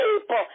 people